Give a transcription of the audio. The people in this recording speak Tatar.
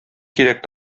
кирәк